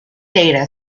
data